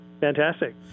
Fantastic